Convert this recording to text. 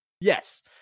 Yes